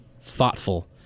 thoughtful